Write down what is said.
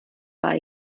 war